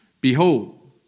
Behold